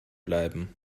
bleiben